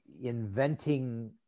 inventing